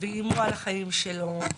ואיימו על החיים שלו,